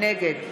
נגד